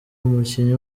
umukinnyi